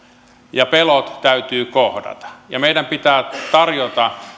ja pelot täytyy kohdata meidän pitää tarjota